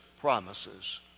promises